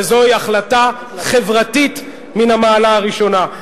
וזוהי החלטה חברתית מן המעלה הראשונה.